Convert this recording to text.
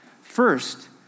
First